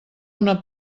una